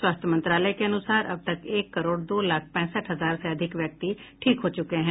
स्वास्थ्य मंत्रालय के अनुसार अब तक एक करोड़ दो लाख पैंसठ हजार से अधिक व्यक्ति ठीक हो चुके हैं